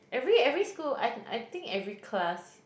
every every school I I think every class